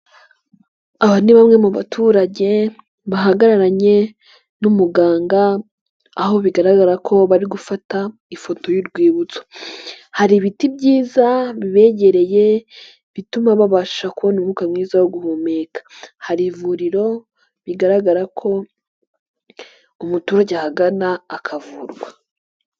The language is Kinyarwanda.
Aba ni bamwe mu baturage bahagararanye n'umuganga, aho bigaragara ko bari gufata ifoto y'urwibutso, hari ibiti byiza bibegereye, bituma babasha kubona umwuka mwiza wo guhumeka, hari ivuriro, bigaragara ko umuturage ahagana akavurwa.